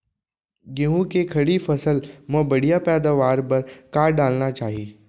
गेहूँ के खड़ी फसल मा बढ़िया पैदावार बर का डालना चाही?